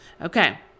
Okay